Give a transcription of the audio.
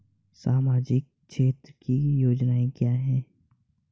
सामाजिक क्षेत्र की योजनाएं क्या हैं?